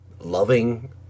loving